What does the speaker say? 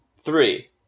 three